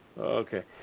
Okay